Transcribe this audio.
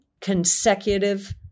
consecutive